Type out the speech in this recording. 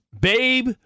Babe